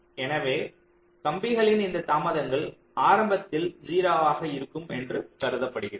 எனவே கம்பிகளின் இந்த தாமதங்கள் ஆரம்பத்தில் 0 ஆக இருக்கும் என்று கருதப்படுகிறது